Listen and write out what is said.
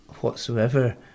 whatsoever